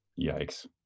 Yikes